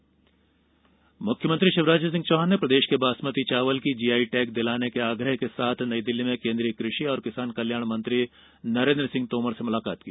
CM basmati मुख्यमंत्री शिवराज सिंह चौहान ने प्रदेश के बासमती चावल को जीआई टैग दिलाने के आग्रह के साथ नई दिल्ली में केंद्रीय कृषि एवं किसान कल्याण मंत्री नरेन्द्र सिंह तोमर से मुलाकात की